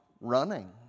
running